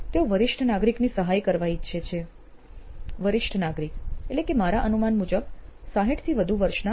તેઓ વરિષ્ઠ નાગરિકની સહાય કરવા ઈચ્છે છે વરિષ્ઠ નાગરિક એટલે કે મારા અનુમાન મુજબ 60 વર્ષથી વધુ વયના